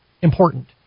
important